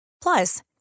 Plus